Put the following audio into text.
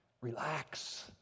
Relax